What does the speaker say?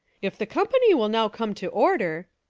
if the company will now come to order,